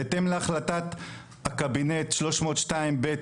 בהתאם להחלטת הקבינט 302 ב',